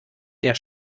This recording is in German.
der